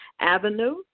avenue